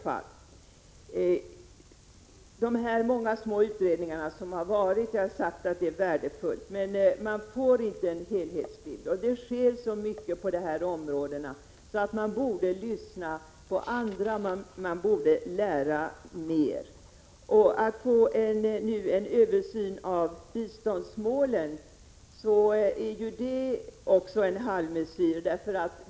Jag har sagt att de många små utredningar som gjorts varit värdefulla, men de ger inte en god helhetsbild. Det sker mycket på de här områdena, och man borde mera lyssna på och lära av andra. Också den översyn av biståndsmålen som nu föreslås blir en halvmesyr.